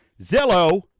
Zillow